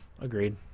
Agreed